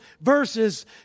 verses